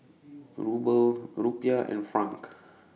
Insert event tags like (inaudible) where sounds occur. Ruble Rupiah and Franc (noise)